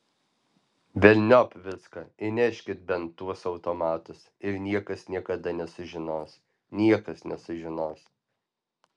velniop viską įneškit bent tuos automatus ir niekas niekada nesužinos niekas nesužinos